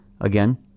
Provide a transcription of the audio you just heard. Again